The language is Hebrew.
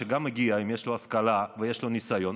גם אם הוא מגיע כשיש לו השכלה ויש לו ניסיון,